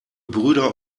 brüder